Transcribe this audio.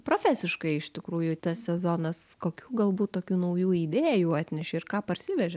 profesiškai iš tikrųjų tas sezonas kokių galbūt tokių naujų idėjų atnešė ir ką parsivežėt